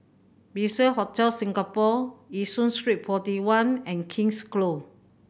Bliss Hotel Singapore Yishun Street Forty One and King's Close